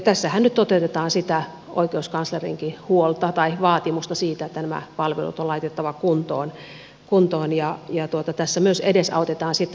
tässähän nyt toteutetaan sitä oikeuskanslerinkin huolta tai vaatimusta siitä että nämä palvelut on laitettava kuntoon ja tässä myös edesautetaan sitä